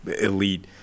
elite